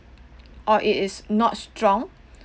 or it is not strong